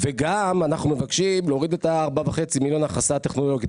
וגם אנחנו מבקשים להוריד את ה-4.5 מיליון הכנסה טכנולוגית,